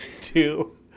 two